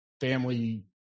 family